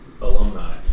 alumni